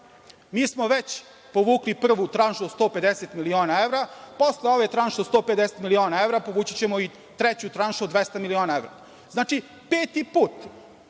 Mi smo već povukli prvu tranšu od 150 miliona evra. Posle ove tranše od 150 miliona evra povući ćemo i treću tranšu od 200 miliona evra. Znači, peti put,